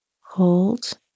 hold